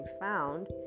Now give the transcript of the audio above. found